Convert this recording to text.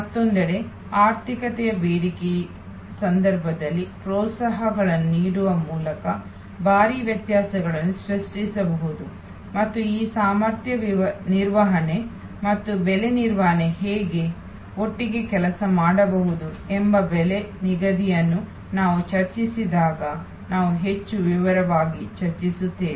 ಮತ್ತೊಂದೆಡೆ ಆರ್ಥಿಕತೆಯ ಬೇಡಿಕೆಯ ಸಂದರ್ಭದಲ್ಲಿ ಪ್ರೋತ್ಸಾಹಕಗಳನ್ನು ನೀಡುವ ಮೂಲಕ ಭಾರಿ ವ್ಯತ್ಯಾಸವನ್ನು ಸೃಷ್ಟಿಸಬಹುದು ಮತ್ತು ಈ ಸಾಮರ್ಥ್ಯ ನಿರ್ವಹಣೆ ಮತ್ತು ಬೆಲೆ ನಿರ್ವಹಣೆ ಹೇಗೆ ಒಟ್ಟಿಗೆ ಕೆಲಸ ಮಾಡಬಹುದು ಎಂಬ ಬೆಲೆ ನಿಗದಿಯನ್ನು ನಾವು ಚರ್ಚಿಸಿದಾಗ ನಾವು ಹೆಚ್ಚು ವಿವರವಾಗಿ ಚರ್ಚಿಸುತ್ತೇವೆ